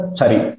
sorry